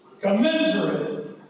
commensurate